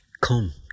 come